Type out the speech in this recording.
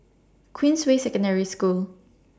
Queensway Secondary School